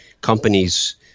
companies